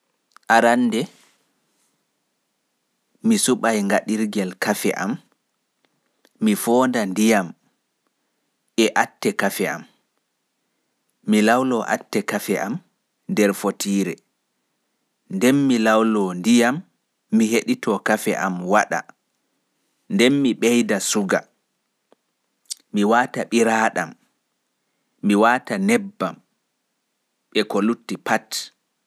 Mi artai mi suɓa ngaɗirgel kafe am, mi foonda ndiyam e kafe atte am, nden mi lawlo atte kafe am nder fotiire. Nden mi lwlo ndiyam mi heɗito kafe am waɗa nden mi ɓeita suga, ɓiraaɗam e ko lutti.